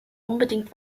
unbedingt